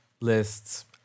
lists